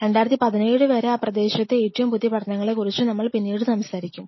2017 വരെ ആ പ്രദേശത്തെ ഏറ്റവും പുതിയ പഠനങ്ങളെക്കുറിച്ചും നമ്മൾ പിന്നീട് സംസാരിക്കും